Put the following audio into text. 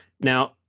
Now-